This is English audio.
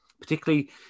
particularly